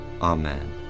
Amen